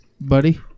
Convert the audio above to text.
buddy